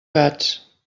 gats